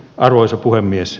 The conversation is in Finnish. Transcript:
arvoisa puhemies